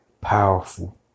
powerful